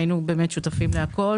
היינו שותפים לכול.